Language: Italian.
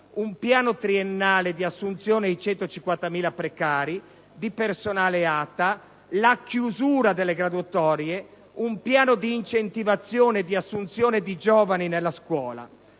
un piano triennale di assunzione di 150.000 precari, di personale ATA, la chiusura delle graduatorie e un piano di incentivazione ed assunzione di giovani nella scuola.